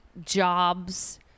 jobs